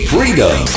Freedom